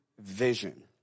vision